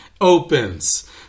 opens